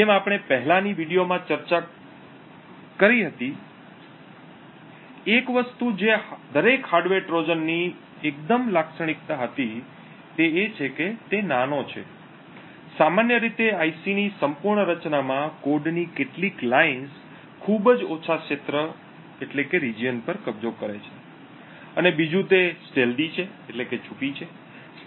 જેમ આપણે પહેલાની વિડિઓમાં ચર્ચા કરી હતી એક વસ્તુ જે દરેક હાર્ડવેર ટ્રોજનની એકદમ લાક્ષણિકતા હતી તે છે કે તે નાનો છે સામાન્ય રીતે આઈસી ની સંપૂર્ણ રચનામાં કોડની કેટલીક લીટીઓ ખૂબ જ ઓછા ક્ષેત્ર પર કબજો કરે છે અને બીજું તે છુપી છે